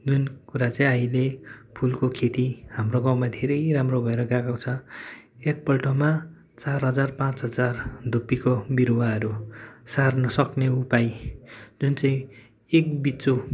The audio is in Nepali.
जुन कुरा चाहिँ अहिले फुलको खेती हाम्रो गाउँमा धेरै राम्रो भएर गएको छ एकपल्टमा चार हजार पाँच हजार धुप्पीको बिरुवाहरू सार्न सक्ने उपाय जुनचाहिँ एक बुच्चो